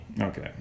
Okay